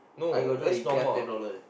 I got job at Ikea ten dollar leh